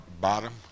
bottom